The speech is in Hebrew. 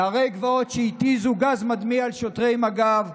נערי גבעות שהתיזו גז מדמיע על שוטרי מג"ב,